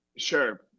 sure